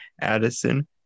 Addison